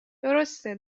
درسته